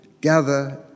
gather